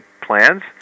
plans